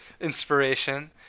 inspiration